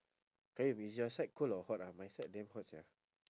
qayyum is your side cold or hot ah my side damn hot sia